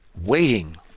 waiting